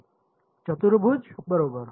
चतुर्भुज बरोबर